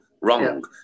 wrong